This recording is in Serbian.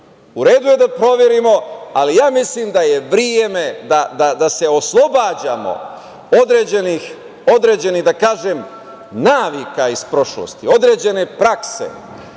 U redu je da proverimo, ali mislim da je vreme da se oslobađamo određenih navika iz prošlosti, određene prakse.